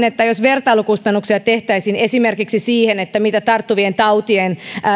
että jos kustannuksia vertailtaisiin esimerkiksi kustannuksiin tarttuvien tautien